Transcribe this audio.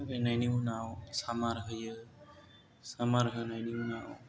खारायनायनि उनाव सामार होयो सामार होनायनि उनाव